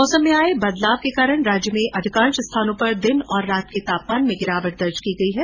मौसम में आये बदलाव के कारण राज्य में अधिकांश स्थानों पर दिन और रात के तापमान में गिरावट दर्ज की गई है